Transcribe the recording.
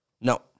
No